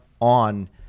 on